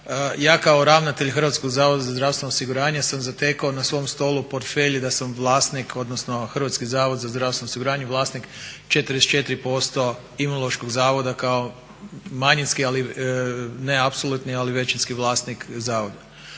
Ja kao ravnatelj Hrvatskog zavoda za zdravstveno osiguranje sam zatekao na svom stolu u portfelji da vlasnik, odnosno Hrvatski zavod za zdravstveno osiguranje vlasnik 44% imunološkog zavoda kao manjinski ali ne apsolutni ali većinskih vlasnik zavoda.